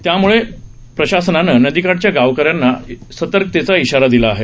त्यामुळे प्रशासनानं नदीकाठच्या गावकऱ्यांना सतर्कतेचा ईशारा दिला आहे